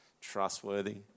trustworthy